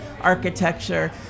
architecture